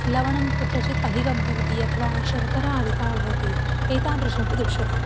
लवणं कुत्रचित् अधिकं भवति अथवा शर्करा अधिका भवति एतादृशमपि दृश्यते